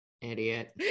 Idiot